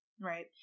right